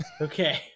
okay